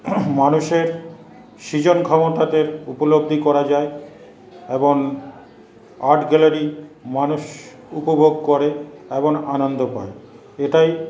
মানুষের সৃজন ক্ষমতাদের উপলব্ধি করা যায় এবং আর্ট গ্যালারি মানুষ উপভোগ করে এবং আনন্দ পায় এটাই